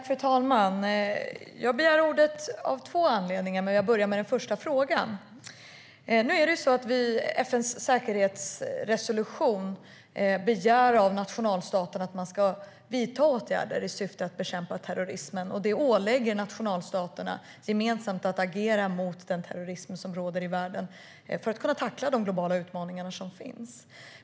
Fru talman! Jag begärde ordet av två anledningar, men jag tar bara en av frågorna till att börja med. FN:s säkerhetsresolution begär av nationalstaterna att de ska vidta åtgärder i syfte att bekämpa terrorismen. Det ålägger nationalstaterna gemensamt att agera mot den terrorism som råder i världen för att kunna tackla de globala utmaningar som finns.